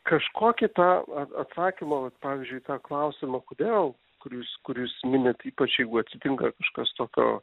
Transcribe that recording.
kažkokį tą a atsakymą vat pavyzdžiui į tą klausimą kodėl kur jūs kur jūs minit ypač jeigu atsitinka kažkas tokio